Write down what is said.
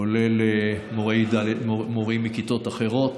כולל מורים מכיתות אחרות.